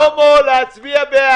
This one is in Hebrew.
רק אני מבקש רוויזיה על זה.